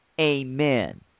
Amen